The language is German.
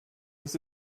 das